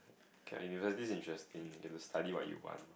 K university is interesting if you study what you want